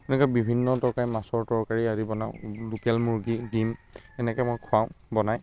এনেকৈ বিভিন্ন তৰকাৰী মাছৰ তৰকাৰী আদি বনাওঁ লোকেল মূৰ্গী দিম এনেকৈ মই খুৱাওঁ বনাই